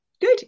good